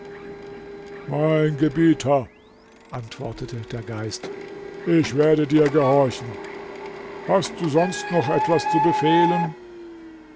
mein gebieter antwortete der geist ich werde dir gehorchen hast du sonst noch etwas zu befehlen